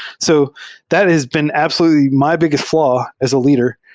so that has been absolutely my biggest flaw as a leader,